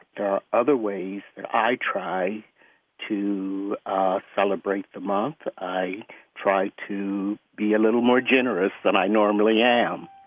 there are other ways that i try to celebrate the month. i try to be a little more generous than i normally am.